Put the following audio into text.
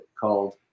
called